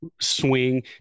swing